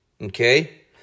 okay